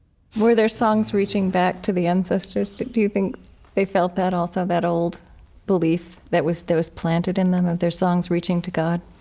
were there songs reaching back to the ancestors? do you think they felt that, also, that old belief that was that was planted in them of their songs reaching to god?